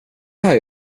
här